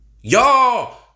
Y'all